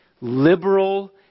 liberal